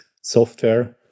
software